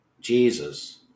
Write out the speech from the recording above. Jesus